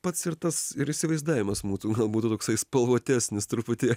pats ir tas ir įsivaizdavimas būtų gal būtų toksai spalvotesnis truputį